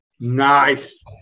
Nice